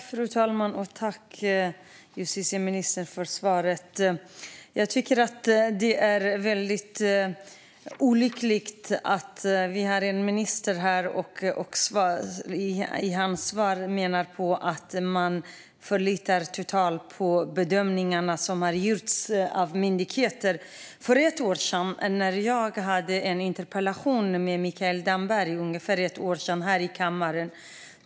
Fru talman! Tack, justitieministern, för svaret! Jag tycker att det är väldigt olyckligt att vi har en minister som i sitt svar menar att man förlitar sig totalt på bedömningarna som har gjorts av myndigheter. För ungefär ett år sedan hade jag en interpellationsdebatt med Mikael Damberg här i kammaren.